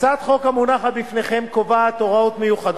הצעת החוק המונחת בפניכם קובעת הוראות מיוחדות,